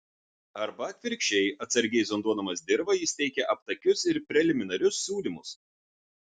arba atvirkščiai atsargiai zonduodamas dirvą jis teikia aptakius ir preliminarius siūlymus